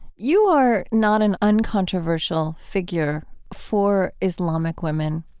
you are not an uncontroversial figure for islamic women.